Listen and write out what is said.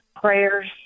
prayers